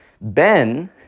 Ben